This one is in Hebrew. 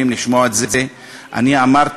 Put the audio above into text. לעבור על השמות: חברת הכנסת תמר זנדברג,